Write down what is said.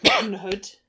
Manhood